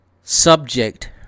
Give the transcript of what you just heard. subject